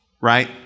right